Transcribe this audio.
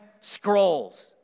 scrolls